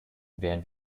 wären